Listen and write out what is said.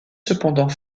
cependant